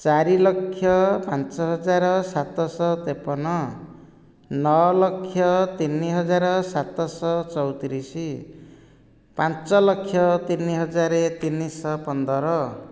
ଚାରି ଲକ୍ଷ ପାଞ୍ଚ ହଜାର ସାତ ଶହ ତେପନ ନଅ ଲକ୍ଷ ତିନି ହଜାର ସାତ ଶହ ଚୌତିରିଶ ପାଞ୍ଚ ଲକ୍ଷ ତିନି ହଜାର ତିନି ଶହ ପନ୍ଦର